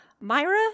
Myra